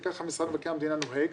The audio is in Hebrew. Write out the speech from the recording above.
וככה משרד מבקר המדינה נוהג,